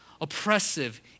oppressive